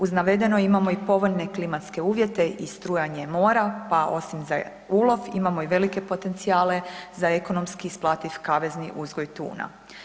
Uz navedeno imamo i povoljne klimatske uvjete i strujanje mora pa osim za ulov imamo i velike potencijale za ekonomski isplativ kavezni uzgoj tuna.